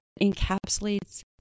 encapsulates